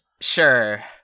Sure